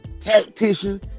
tactician